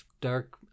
dark